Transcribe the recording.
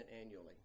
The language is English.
annually